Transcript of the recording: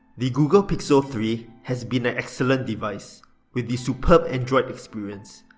the google pixel three has been an excellent device with the superb android experience.